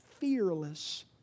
fearless